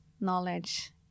knowledge